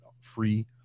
free